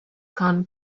gone